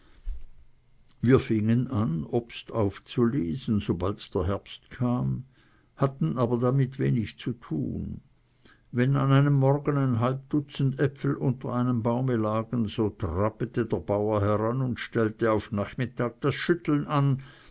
wir fingen an obst aufzulesen sobald der herbst kam hatten aber damit wenig zu tun wenn an einem morgen ein halb dutzend äpfel unter einem baume lagen so trappete der bauer heran und stellte auf nachmittag das schütteln an